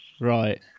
Right